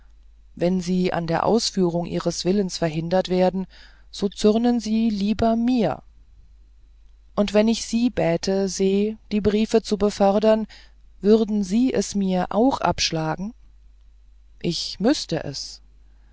wenn sie an der ausführung ihres willens verhindert werden so zürnen sie lieber mir und wenn ich sie bäte se die briefe zu befördern würden sie es mir auch abschlagen ich müßte es